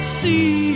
see